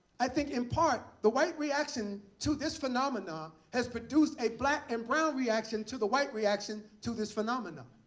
i think in part, the white reaction to this phenomenon has produced a black and brown reaction to the white reaction to this phenomenon.